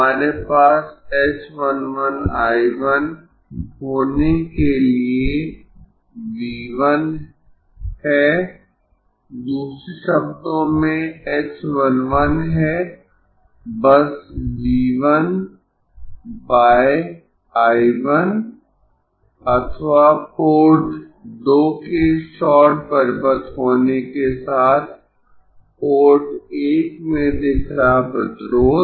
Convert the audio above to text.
हमारे पास h 1 1 I 1 होने के लिए V 1 है दूसरे शब्दों में h 1 1 है बस V 1 बाय I 1 अथवा पोर्ट 2 के शॉर्ट परिपथ होने के साथ पोर्ट 1 में दिख रहा प्रतिरोध